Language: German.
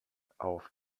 auf